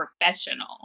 professional